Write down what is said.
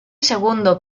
segundo